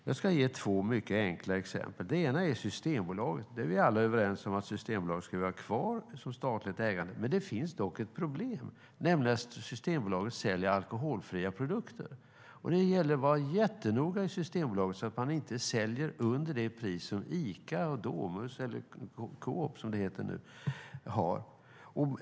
Jag ska ge två mycket enkla exempel. Det ena är Systembolaget. Vi är alla överens om att Systembolaget ska vara kvar i statlig ägo, men det finns ett problem med det, nämligen att Systembolaget säljer alkoholfria produkter. Det gäller för Systembolaget att vara jättenoga och inte sälja under det pris som Ica och Coop har satt.